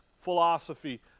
philosophy